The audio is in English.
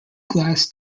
glass